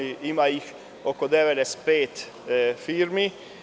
Ima ih oko 95 firmi.